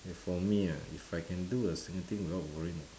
if for me ah if I can do a single thing without worrying the